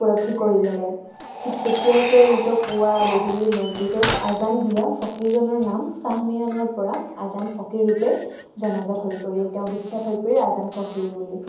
উপলব্ধি কৰি ল'লে ঠিক তেতিয়াৰ পৰাই নিতৌ পুৱা গধূলি মছজিদত আজান দিয়া ফকীৰজনৰ নাম শ্বাহ মিৰাণৰ পৰা আজান ফকীৰৰূপে জনাজাত হৈ পৰিল তেওঁ বিখ্যাত হৈ পৰিল আজান ফকিৰ বুলি